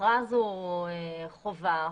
מכרז הוא חובה חוקית,